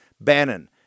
Bannon